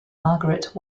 margaret